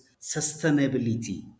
sustainability